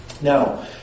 Now